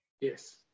yes